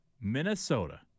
Minnesota